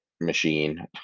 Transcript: machine